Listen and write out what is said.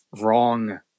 wrong